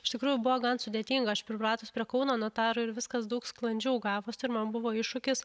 iš tikrųjų buvo gan sudėtinga aš pripratus prie kauno notarų ir viskas daug sklandžiau gavosi ir man buvo iššūkis